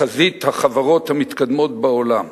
בחזית החברות המתקדמות בעולם,